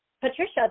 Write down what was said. Patricia